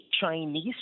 Chinese